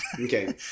Okay